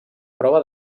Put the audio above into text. prova